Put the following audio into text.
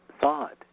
thought